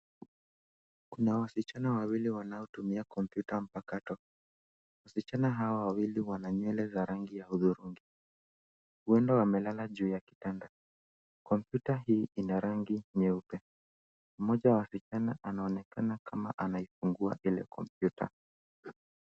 Kuna wasichana wawili wanaotumia kompyuta mpakato. Wasichana hawa wawili wana nywele za rangi ya hudhurungi. Huenda wamelala juu ya kitanda. Kompyuta hii ina rangi nyeupe. Moja wa wasichana anaonekana kama anafungua ile kompyuta